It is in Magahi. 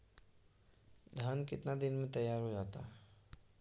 धान केतना दिन में तैयार हो जाय है?